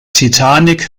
titanic